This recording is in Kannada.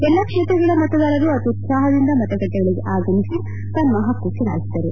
ಎಲ್ಲಾ ಕ್ಷೇತ್ರಗಳ ಮತದಾರರು ಅತ್ಯುತ್ಲಾಪದಿಂದ ಮತಗಟ್ಟೆಗಳಿಗೆ ಆಗಮಿಸಿ ತಮ್ಮ ಪಕ್ಕು ಚಲಾಯಿಸಿದರು